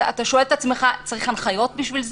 אתה שואל את עצמך: צריך הנחיות בשביל זה?